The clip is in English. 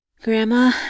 Grandma